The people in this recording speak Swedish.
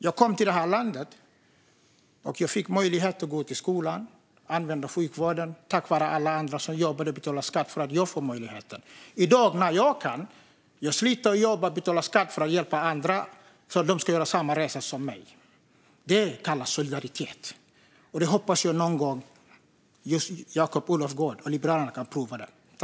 Jag kom till det här landet och fick möjlighet att gå i skolan och använda sjukvården tack vare alla andra som jobbade och betalade skatt så att jag fick den möjligheten. I dag när det är jag som kan sliter jag och jobbar och betalar skatt för att hjälpa andra så att de ska kunna göra samma resa som jag. Det kallas solidaritet, och det hoppas jag att Jakob Olofsgård och Liberalerna kan prova.